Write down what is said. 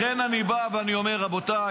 לכן אני בא ואני אומר: רבותיי,